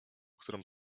którą